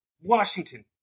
washington